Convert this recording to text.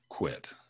quit